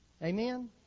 Amen